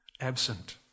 absent